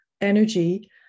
energy